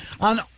on